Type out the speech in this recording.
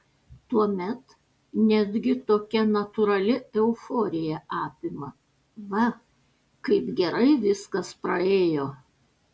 tuomet netgi tokia natūrali euforija apima va kaip gerai viskas praėjo